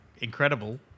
incredible